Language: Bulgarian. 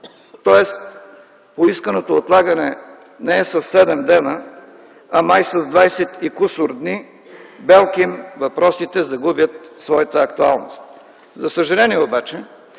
Тоест поисканото отлагане не е със 7 дни, а май с 20 и кусур дни, белким въпросите загубят своята актуалност. За съжаление, обаче